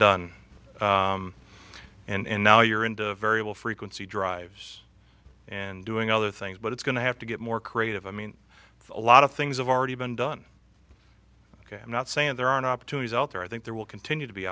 done and now you're into variable frequency drives and doing other things but it's going to have to get more creative i mean a lot of things have already been done ok i'm not saying there aren't opportunities out there i think there will continue to be